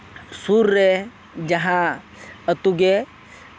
ᱥᱩᱨ ᱨᱮ ᱡᱟᱦᱟᱸ ᱟᱹᱛᱩ ᱜᱮ